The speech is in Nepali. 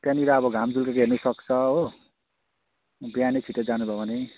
त्यहाँनिर अब घाम झुल्केको हेर्नुसक्छ हो बिहानै छिटो जानुभयो भने